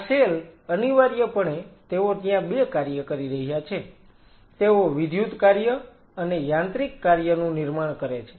આ સેલ અનિવાર્યપણે તેઓ ત્યાં બે કાર્ય કરી રહ્યા છે તેઓ વિદ્યુત કાર્ય અને યાંત્રિક કાર્ય નું નિર્માણ કરે છે